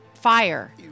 fire